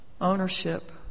ownership